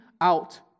out